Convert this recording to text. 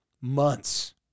Months